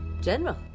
general